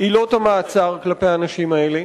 עילות המעצר כלפי האנשים האלה.